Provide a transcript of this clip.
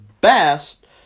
best